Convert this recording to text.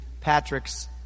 Patrick's